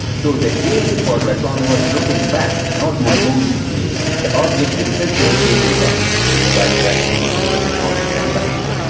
so the gaze for lacan was looking back, not my own gaze. the object itself is gazing back to me, like the painting which is called the ambassadors.